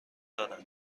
دارد